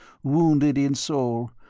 wounded in soul,